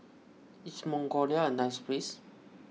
is Mongolia a nice place